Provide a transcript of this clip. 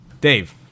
Dave